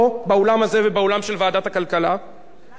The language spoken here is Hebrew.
לא משום שאנחנו רוצים, את תקשיבי, תקשיבי.